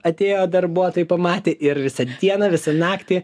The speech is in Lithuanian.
atėjo darbuotojai pamatė ir visą dieną visą naktį